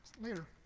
later